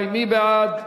מי בעד?